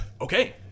Okay